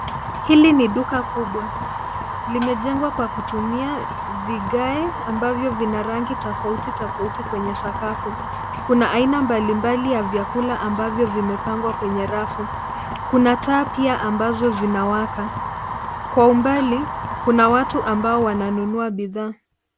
Hili ni duka kubwa limejengwa kwa kutumia vigae ambavyo vina rangi tofauti tofauti kwenye sakafu. Kuna aina mbalimbali ya vyakula ambavyo vimepangwa kwenye rafu. Kuna taa pia ambazo zimewaka. Kwa umbali, kuna watu ambao wananunua bidhaa.